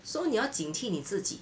so 你要警惕你自己